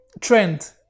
trend